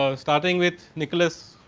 ah starting with nicolaus